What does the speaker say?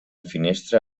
finestra